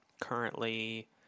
currently